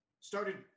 started